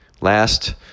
Last